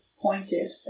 pointed